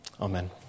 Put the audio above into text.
Amen